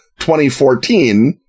2014